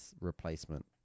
replacement